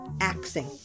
axing